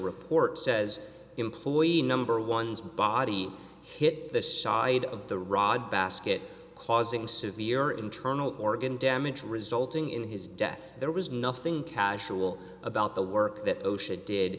report says employee number one's body hit the shot of the rod basket causing severe internal organ damage resulting in his death there was nothing casual about the work that osha did